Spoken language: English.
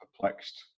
perplexed